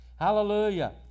hallelujah